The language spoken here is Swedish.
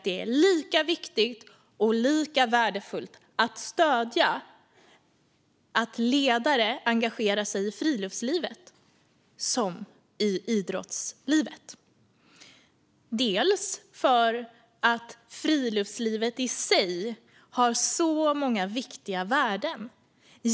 Det är lika viktigt och lika värdefullt att stödja att ledare engagerar sig i friluftslivet som i idrottslivet. Friluftslivet i sig har många viktiga värden.